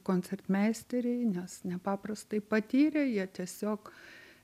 koncertmeisteriai nes nepaprastai patyrę jie tiesiog